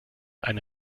eine